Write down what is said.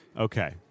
Okay